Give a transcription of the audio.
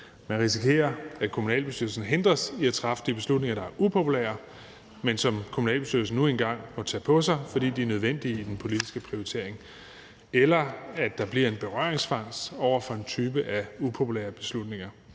Man risikerer, at kommunalbestyrelsen hindres i at træffe de beslutninger, der er upopulære, men som kommunalbestyrelsen nu engang må tage på sig, fordi de er nødvendige i den politiske prioritering, eller at der bliver en berøringsangst over for en type af upopulære beslutninger.